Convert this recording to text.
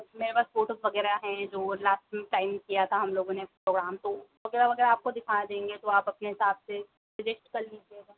मैं मेरे पास फोटो वगैरह हैं वो लास्ट टाइम किया था हम लोगों ने प्रोग्राम तो वगैरह वगैरह आपको दिखा देंगे तो आप अपने हिसाब से सेलेक्ट कर लीजिएगा